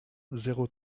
zéro